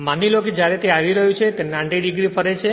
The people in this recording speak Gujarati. માની લો કે જ્યારે તે આવી રહ્યું છે તે 90 o ફરે છે